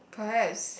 perhaps